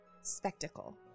spectacle